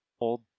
old